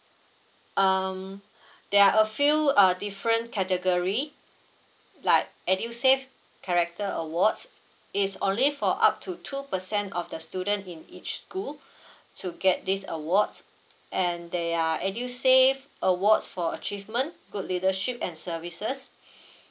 um there are a few uh different category like edusave character awards is only for up to two percent of the student in each school to get these awards and there are edusave awards for achievement good leadership and services